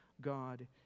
God